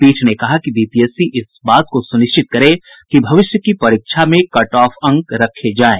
पीठ ने कहा कि बीपीएससी इस बात को सुनिश्चित करे कि भविष्य की परीक्षा में कटऑफ अंक रखे जायें